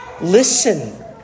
listen